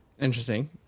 Interesting